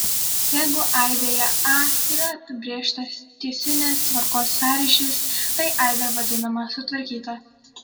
jeigu aibėje a yra apibrėžtas tiesinės tvarkos sąryšis tai aibė vadinama sutvarkyta